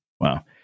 wow